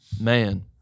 Man